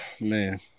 Man